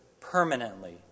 permanently